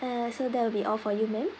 uh so that will be all for you ma'am